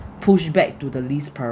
pushed back to the least priority